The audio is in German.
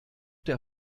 der